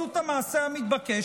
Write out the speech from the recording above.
עשו את המעשה המתבקש,